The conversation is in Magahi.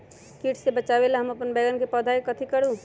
किट से बचावला हम अपन बैंगन के पौधा के कथी करू?